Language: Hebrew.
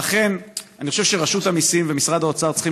לכן אני חושב שרשות המיסים ומשרד האוצר צריכים